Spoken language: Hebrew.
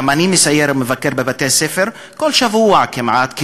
גם אני מסייר ומבקר בבתי-ספר כל שבוע כמעט,